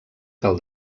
cal